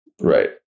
Right